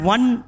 One